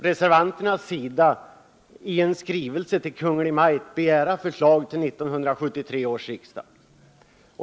Reservanterna vill att riksdagen i skrivelse till Kungl. Maj:t skall begära förslag till 1973 års riksdag.